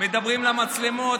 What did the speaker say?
מדברים למצלמות.